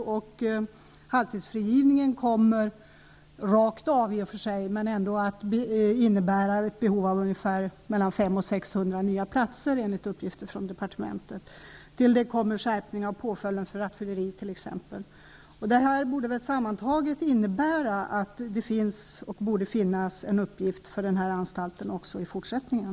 Slopandet av halvtidsfrigivningen kommer, visserligen rakt av, att innebära ett behov av mellan 500 och 600 nya platser, enligt uppgifter från departementet. Till detta kommer t.ex. Sammantaget borde detta innebära att det finns en uppgift för den här anstalten även i fortsättningen.